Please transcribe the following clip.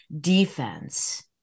defense